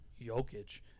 Jokic